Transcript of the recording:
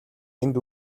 энд